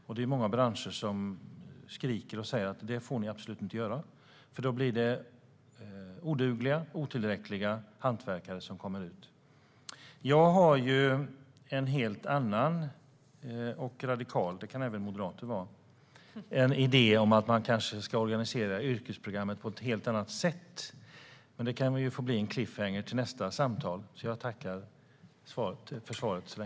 Men det är många branscher som skriker och säger att man absolut inte får göra det, eftersom de hantverkare som då kommer ut blir odugliga och otillräckliga. Jag har en helt annan och radikal idé - även moderater kan vara radikala - om att man kanske ska organisera yrkesprogrammet på ett helt annat sätt. Men det kan få bli en cliffhanger till nästa samtal.